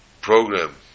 program